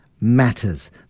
matters